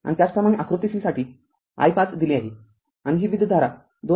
आणि त्याचप्रमाणे आकृती c साठी i५ दिली आहे आणि ती विद्युतधारा २